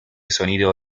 sonido